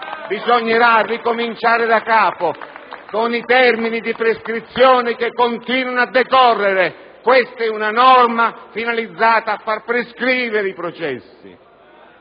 bisognerà ricominciare da capo, con i termini di prescrizione che continuano a decorrere. Questa è una norma finalizzata a far prescrivere i processi,